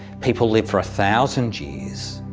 people live for a thousand years,